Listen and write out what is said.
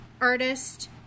artist